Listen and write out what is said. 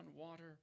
water